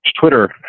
Twitter